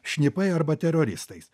šnipai arba teroristai